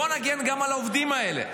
בוא נגן גם על העובדים האלה,